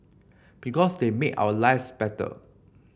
because they make our lives better